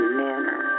manner